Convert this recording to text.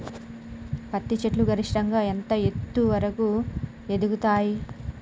పత్తి చెట్లు గరిష్టంగా ఎంత ఎత్తు వరకు పెరుగుతయ్?